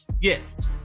Yes